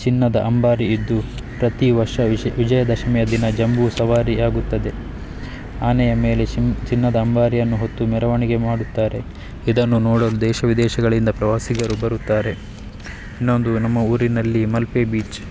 ಚಿನ್ನದ ಅಂಬಾರಿ ಇದ್ದು ಪ್ರತೀವರ್ಷ ವಿಶ ವಿಜಯದಶಮಿಯ ದಿನ ಜಂಬೂ ಸವಾರಿ ಆಗುತ್ತದೆ ಆನೆಯ ಮೇಲೆ ಚಿನ್ನದ ಅಂಬಾರಿಯನ್ನು ಹೊತ್ತು ಮೆರವಣಿಗೆ ಮಾಡುತ್ತಾರೆ ಇದನ್ನು ನೋಡಲು ದೇಶ ವಿದೇಶಗಳಿಂದ ಪ್ರವಾಸಿಗರು ಬರುತ್ತಾರೆ ಇನ್ನೊಂದು ನಮ್ಮ ಊರಿನಲ್ಲಿ ಮಲ್ಪೆ ಬೀಚ್